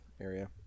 area